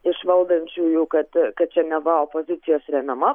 iš valdančiųjų kad kad čia neva opozicijos remiama